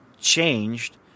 changed